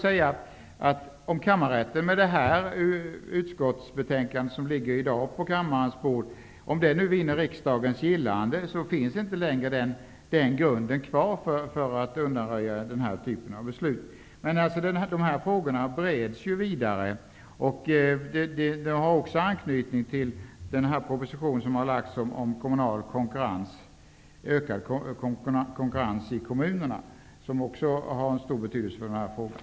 Om det utskottsbetänkande som i dag ligger på kammarens bord vinner riksdagens gillande, innebär det att grunden för ett undanröjande av den här typen av beslut inte kommer att finnas kvar. De här frågorna bereds vidare. Detta har också anknytning till den proposition som har lagts fram om ökad konkurrens i kommunerna, som också har stor betydelse i den här frågan.